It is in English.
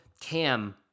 Cam